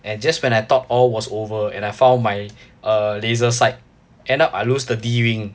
and just when I thought all was over and I found my uh laser sight end up I lose the D-ring